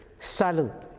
salud.